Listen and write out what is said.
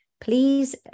Please